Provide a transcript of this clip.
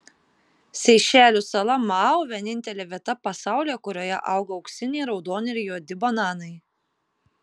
seišelių sala mao vienintelė vieta pasaulyje kurioje auga auksiniai raudoni ir juodi bananai